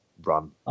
Run